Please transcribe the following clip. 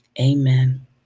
Amen